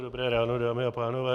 Dobré ráno, dámy a pánové.